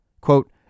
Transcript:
Quote